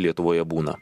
lietuvoje būna